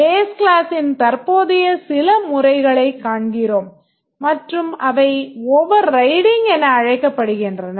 Base கிளாஸ்ஸின் தற்போதைய சில முறைகளைக் காண்கிறோம் மற்றும் அவை overriding என அழைக்கப்படுகின்றன